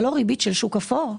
זה לא ריבית של שוק אפור?